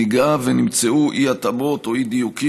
אם נמצאו אי-התאמות או אי-דיוקים,